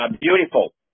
beautiful